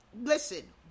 listen